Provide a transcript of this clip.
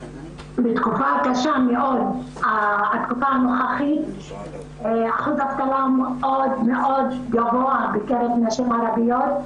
בתקופה הקשה הנוכחית אחוז האבטלה מאוד מאוד גבוה בקרב נשים ערביות,